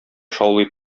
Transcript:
шаулый